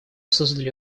создали